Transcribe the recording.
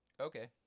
Okay